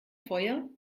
feuer